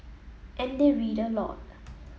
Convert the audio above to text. and they read a lot